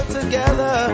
together